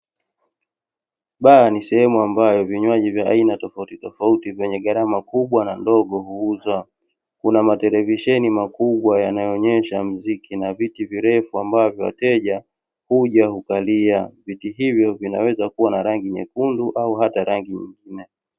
Baa ni sehemu ambayo vinywaji vya aina tofautitofauti vyenye gharama kubwa na ndogo huuzwa, kuna matelevisheni makubwa yanayoonesha mziki na viti virefu ambavyo wateja huja hukalia. Viti hivyo vinaweza kuwa na rangi nyekundu au hata rangi nyingine.